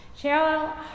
Cheryl